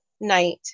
Night